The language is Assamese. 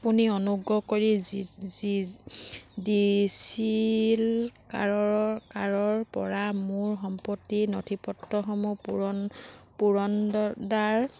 আপুনি অনুগ্ৰহ কৰি ডিজিলকাৰৰ কাৰৰ পৰা মোৰ সম্পত্তিৰ নথিপত্ৰসমূহ পুৰণ পুৰণদৰ দাৰ